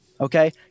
Okay